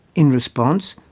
in response,